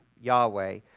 Yahweh